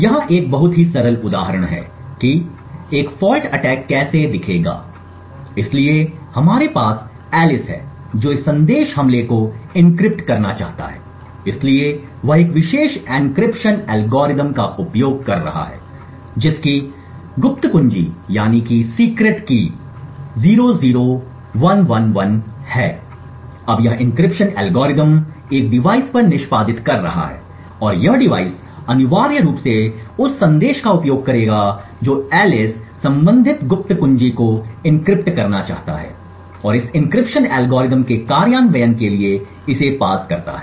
तो यहाँ एक बहुत ही सरल उदाहरण है कि एक फॉल्ट अटैक कैसे दिखेगा इसलिए हमारे पास ऐलिस है जो इस संदेश हमले को एन्क्रिप्ट करना चाहता है इसलिए वह एक विशेष एन्क्रिप्शन एल्गोरिथ्म का उपयोग कर रहा है जिसकी गुप्त कुंजी 00111 है अब यह एन्क्रिप्शन एल्गोरिथ्म एक डिवाइस पर निष्पादित कर रहा है और यह डिवाइस अनिवार्य रूप से उस संदेश का उपयोग करेगा जो ऐलिस संबंधित गुप्त कुंजी को एन्क्रिप्ट करना चाहता है और इस एन्क्रिप्शन एल्गोरिथ्म के कार्यान्वयन के लिए इसे पास करता है